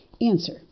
Answer